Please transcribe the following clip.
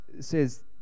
says